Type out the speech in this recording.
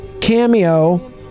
cameo